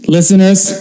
Listeners